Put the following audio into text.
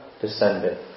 descendant